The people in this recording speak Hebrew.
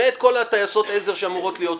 ואת כל הטייסות עזר שאמורות להיות שם.